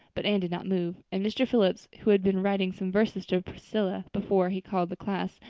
but anne did not move, and mr. phillips, who had been writing some verses to priscilla before he called the class,